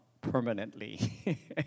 permanently